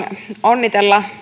onnitella